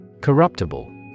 Corruptible